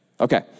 Okay